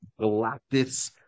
Galactus